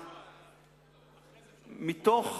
מתוך